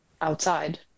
outside